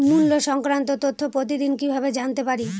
মুল্য সংক্রান্ত তথ্য প্রতিদিন কিভাবে জানতে পারি?